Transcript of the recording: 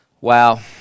Wow